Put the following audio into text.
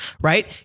Right